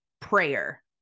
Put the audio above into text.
prayer